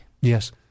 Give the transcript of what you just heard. yes